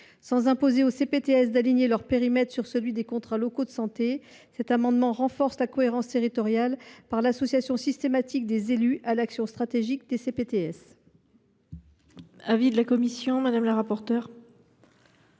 Sans imposer aux CPTS d’aligner leur périmètre sur celui des contrats locaux de santé, cet amendement vise à renforcer la cohérence territoriale par l’association systématique des élus à l’action stratégique des CPTS. Quel est l’avis de la commission ? Les CPTS sont des